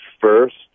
first